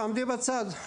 תעמדי בצד,